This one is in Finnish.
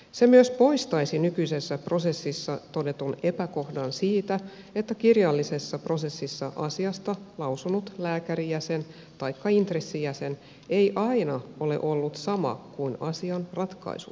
se myös poistaisi nykyisessä prosessissa todetun epäkohdan siitä että kirjallisessa prosessissa asiasta lausunut lääkärijäsen taikka intressijäsen ei aina ole ollut sama kuin asian ratkaissut jäsen